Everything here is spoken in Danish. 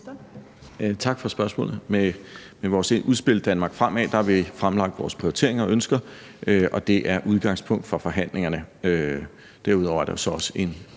Tak for spørgsmålet. Med vores udspil »Danmark fremad – Infrastrukturplan 2035« har vi fremlagt vores prioriteringer og ønsker, og det er udgangspunkt for forhandlingerne. Derudover er der jo så også en